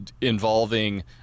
involving